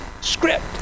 script